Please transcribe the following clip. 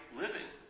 living